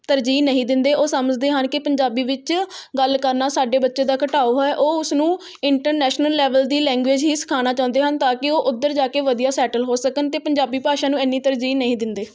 ਤਰਜੀਹ ਨਹੀਂ ਦਿੰਦੇ ਉਹ ਸਮਝਦੇ ਹਨ ਕਿ ਪੰਜਾਬੀ ਵਿੱਚ ਗੱਲ ਕਰਨਾ ਸਾਡੇ ਬੱਚਿਆਂ ਦਾ ਘਟਾਓ ਹੈ ਉਹ ਉਸ ਨੂੰ ਇੰਟਰਨੈਸ਼ਨਲ ਲੈਵਲ ਦੀ ਲੈਂਗੂਏਜ ਹੀ ਸਿਖਾਉਣਾ ਚਾਹੁੰਦੇ ਹਨ ਤਾਂ ਕਿ ਉਹ ਉੱਧਰ ਜਾ ਕੇ ਵਧੀਆ ਸੈਟੱਲ ਹੋ ਸਕਣ ਅਤੇ ਪੰਜਾਬੀ ਭਾਸ਼ਾ ਨੂੰ ਇੰਨੀ ਤਰਜੀਹ ਨਹੀਂ ਦਿੰਦੇ